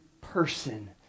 person